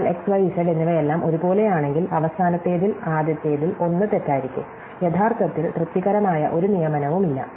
എന്നാൽ x y z എന്നിവയെല്ലാം ഒരുപോലെയാണെങ്കിൽ അവസാനത്തേതിൽ ആദ്യത്തേതിൽ ഒന്ന് തെറ്റായിരിക്കും യഥാർത്ഥത്തിൽ തൃപ്തികരമായ ഒരു നിയമനവുമില്ല